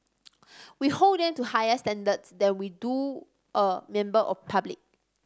we hold them to higher standards than we do a member of public